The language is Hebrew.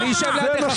זה מה ש